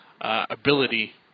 ability